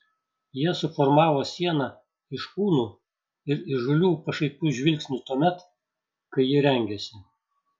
jie suformavo sieną iš kūnų ir įžūlių pašaipių žvilgsnių tuomet kai ji rengėsi